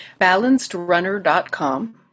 balancedrunner.com